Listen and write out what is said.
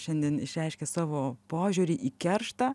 šiandien išreiškia savo požiūrį į kerštą